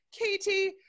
Katie